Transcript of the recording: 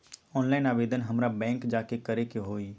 Online आवेदन हमरा bank जाके करे के होई?